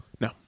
No